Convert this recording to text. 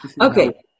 Okay